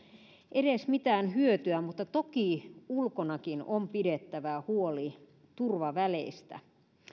edes mitään hyötyä mutta toki ulkonakin on pidettävä huoli turvaväleistä